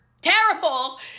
terrible